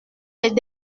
les